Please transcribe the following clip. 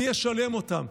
מי ישלם אותם?